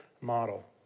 model